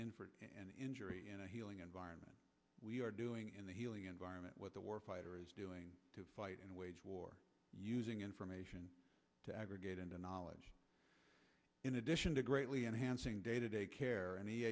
and for an injury healing environment we are doing in the healing environment with the war fighter is doing to fight and wage war using information to aggregate into knowledge in addition to greatly enhancing day to day care